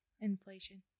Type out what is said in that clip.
Inflation